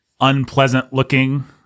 unpleasant-looking